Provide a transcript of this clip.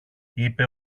είπε